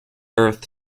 earth